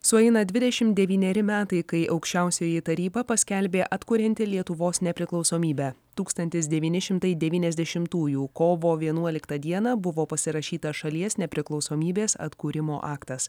sueina dvidešimt devyneri metai kai aukščiausioji taryba paskelbė atkurianti lietuvos nepriklausomybę tūkstantis devyni šimtai devyniasdešimtųjų kovo vienuoliktą dieną buvo pasirašytas šalies nepriklausomybės atkūrimo aktas